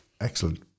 Excellent